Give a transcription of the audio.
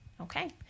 okay